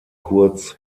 kurz